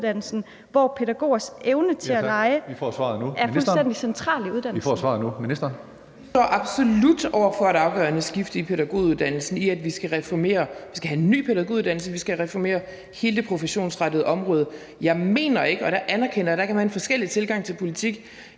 14:46 Uddannelses- og forskningsministeren (Christina Egelund): Vi står absolut over for et afgørende skifte i pædagoguddannelsen. Vi skal have en ny pædagoguddannelse; vi skal reformere hele det professionsrettede område. Jeg mener ikke – og der anerkender jeg, at man kan have en forskellig tilgang til politik